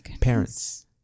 parents